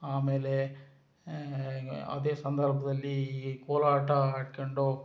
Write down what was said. ಆಮೇಲೆ ಅದೇ ಸಂದರ್ಭದಲ್ಲಿ ಕೋಲಾಟ ಆಡ್ಕಂಡು